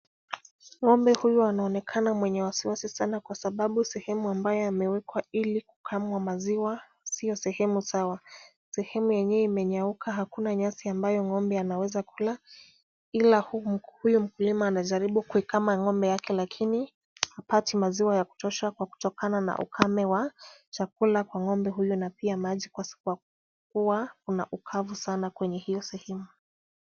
Ng'ombe huyu anaonekana mwenye wasiwasi sana kwa sababu sehemu ambayo amewekwa ili kukamwa maziwa sio sehemu sawa. Sehemu yenyewe imenyauka hakuna nyasi ambayo ng'ombe anaweza kula ila huyu mkulima anajaribu kuikama ng'ombe yake lakini hapati maziwa ya kutosha kwa kutokana na ukame wa chakula kwa ng'ombe huyu na pia maji kwa kuwa kuna ukavu sana kwenye hio sehemu.